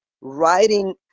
writing